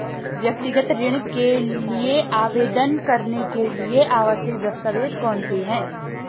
व्यक्तिगत ऋण के लिए आवेदन करने के लिए आवश्यक दस्तावेज़ कौनसे हैं?